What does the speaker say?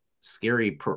scary